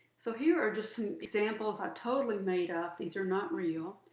so here are just some examples i totally made up. these are not real.